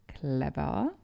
clever